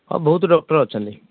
ହଁ ବହୁତ ଡକ୍ଟର ଅଛନ୍ତି